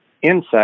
Insects